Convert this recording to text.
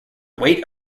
weight